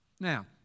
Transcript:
Now